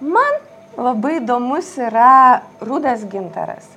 man labai įdomus yra rudas gintaras